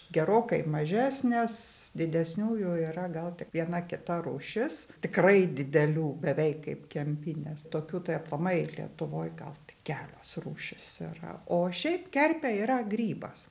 gerokai mažesnės didesnių jų yra gal tik viena kita rūšis tikrai didelių beveik kaip kempinės tokių tai aplamai lietuvoj gal tik kelios rūšys yra o šiaip kerpė yra grybas